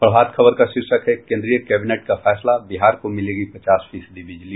प्रभात खबर का शीर्षक है केन्द्रीय कैबिनेट का फैसला बिहार को मिलेगी पचास फीसदी बिजली